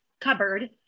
cupboard